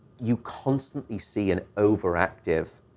you constantly see an overactive,